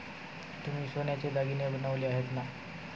तुम्ही सोन्याचे दागिने बनवले आहेत ना?